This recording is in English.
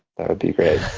that would be great.